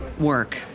work